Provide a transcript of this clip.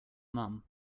mum